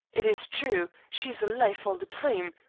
it is true. she is alive all the time.